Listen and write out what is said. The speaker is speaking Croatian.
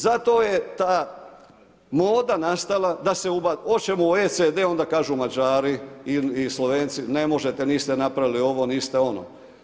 Zato je ta moda nastala da se ubaci, hoćemo OECD, onda kažu Mađari i Slovenci ne možete, niste napravili ovo, niste ono.